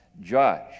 judge